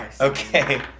Okay